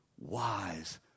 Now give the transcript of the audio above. wise